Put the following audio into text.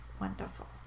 wonderful